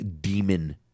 demon